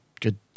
good